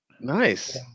Nice